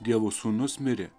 dievo sūnus mirė